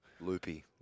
loopy